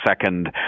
second